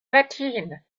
latine